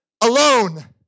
alone